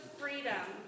freedom